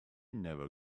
never